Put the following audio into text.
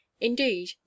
Indeed